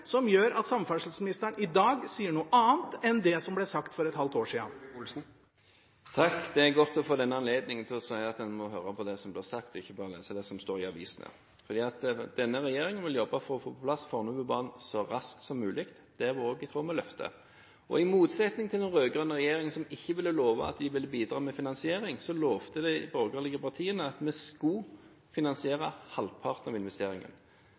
som gjør at samferdselsministeren i dag sier noe annet enn det som ble sagt for et halvt år siden? Det er godt å få denne anledningen til å si at en må høre på det som blir sagt, og ikke bare lese det som står i avisene. Denne regjeringen vil jobbe for å få på plass Fornebubanen så raskt som mulig. Det er også i tråd med løftet. I motsetning til den rød-grønne regjeringen, som ikke ville love at de ville bidra med finansieringen, lovte de borgerlige partiene at de skulle finansiere halvparten av investeringene.